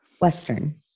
Western